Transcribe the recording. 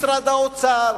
משרד האוצר,